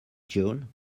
june